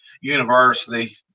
university